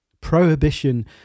prohibition